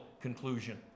conclusion